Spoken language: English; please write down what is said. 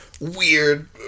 weird